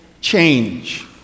change